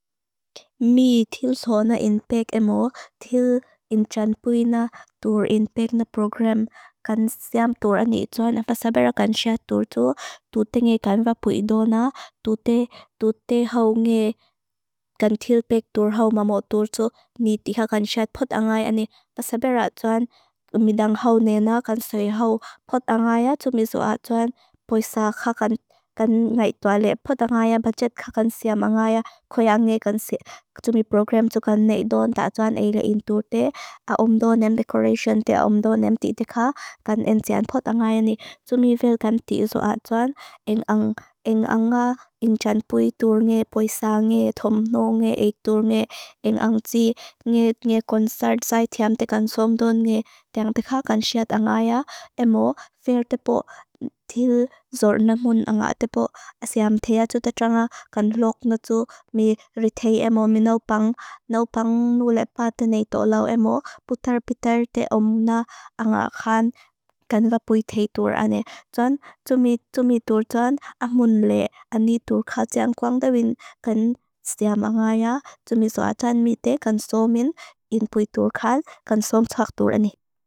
Mī tīlso na inpek emo, tīl injan pui na tur inpek na program kan siam tur ani i tsuan. A fasabera kan siat tur tu, tute nge kanva puido na, tute hau nge kan tīlpek tur hau mamo tur tu. Mī tiha kan siat pot angay ani, fasabera tsuan umidang hau nena, kan soi hau, pot angaya, tumiso a tsuan poisa kan ngay tuale, pot angaya, bajet kan siam angaya. Kwaya nge kan tsumiprogram tu kan neidon, ta tsuan eile in tute, a umdonem dekoration te a umdonem titika. Kan entsian pot angay ani, tsumivel kan tīlso a tsuan, eng anga injan pui tur nge, poisa nge, thomno nge, ek tur nge. Eng ang tsi nge konsert saitiam te kan somdon nge, teang tika kan siat angaya, emo fer tepo tīl zor na mun anga tepo, a siam tea tsu ta tʃanga. Kan lok nu tsu, mī ritei emo, mī naupang, naupang nu lepa te nei to lau emo, putar pitar te omuna, anga kan, kan vapui tei tur ani, tsuan, tsumi. Tsumi tur tsuan, ang mun le, ani tur kha tsiang kwangta win, kan siam angaya, tumiso a tsan mite, kan somin, in pui tur kan, kan som tsuak tur ani.